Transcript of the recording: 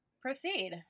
Proceed